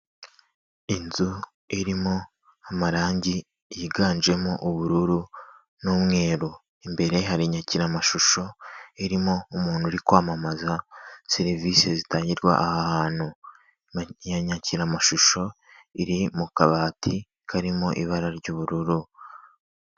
Inzu irimo amarangi yiganjemo ubururu n'umweru, imbere hari nyakiramashusho irimo umuntu uri kwamamaza serivisi zitangirwa aha hantu, iyo nyakiramashusho iri mu kabati karimo ibara ry'ubururu.